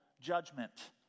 judgment